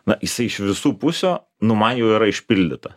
na jisai iš visų pusių nu man jau yra išpildytas